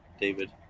David